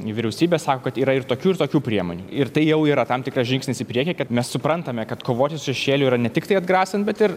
vyriausybė sako kad yra ir tokių ir tokių priemonių ir tai jau yra tam tikras žingsnis į priekį kad mes suprantame kad kovoti su šešėliu yra ne tiktai atgrasant bet ir